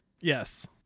Yes